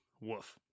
Woof